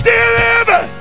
Deliver